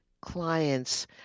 clients